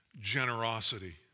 generosity